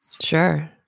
sure